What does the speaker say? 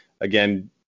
again